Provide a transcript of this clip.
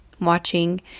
watching